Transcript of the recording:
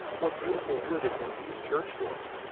what beautiful wood is in these church doors!